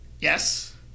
Yes